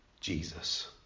Jesus